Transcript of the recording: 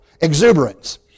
exuberance